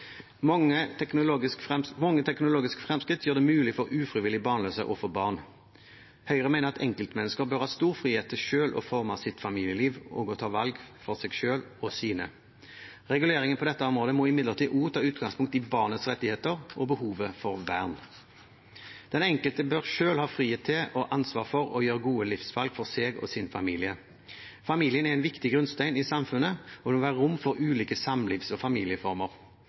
Mange teknologiske fremskritt gjør det mulig for ufrivillig barnløse å få barn. Høyre mener at enkeltmennesker bør ha stor frihet til selv å forme sitt familieliv og å ta valg for seg selv og sine. Reguleringen på dette området må imidlertid også ta utgangspunkt i barnets rettigheter og behov for vern. Den enkelte bør selv ha frihet til og ansvar for å gjøre gode livsvalg for seg og sin familie. Familien er en viktig grunnstein i samfunnet, og det må være rom for ulike samlivs- og familieformer.